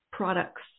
products